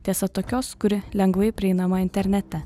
tiesa tokios kuri lengvai prieinama internete